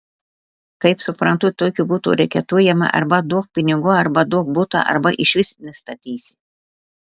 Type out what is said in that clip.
kaip suprantu tokiu būdu reketuojama arba duok pinigų arba duok butą arba išvis nestatysi